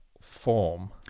form